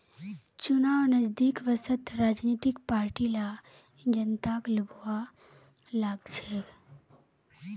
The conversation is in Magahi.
चुनाव नजदीक वस त राजनीतिक पार्टि ला जनताक लुभव्वा लाग छेक